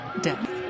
death